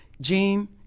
Gene